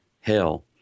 hell